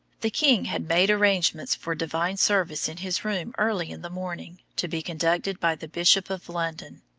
the king had made arrangements for divine service in his room early in the morning, to be conducted by the bishop of london.